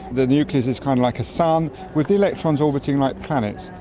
the nucleus is kind of like a sun with the electrons orbiting like planets,